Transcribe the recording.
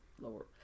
lower